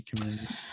community